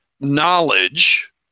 knowledge